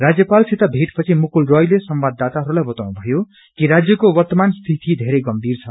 राज्यपाल सित मेट पछि मुकुल रायले संवाददाताहरूलाई बताउनु भयो कि राजयको ववमान स्थिति धेरै गम्मीर छ